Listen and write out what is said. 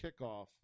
kickoff